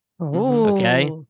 Okay